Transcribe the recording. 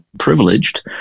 privileged